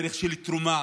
דרך של תרומה,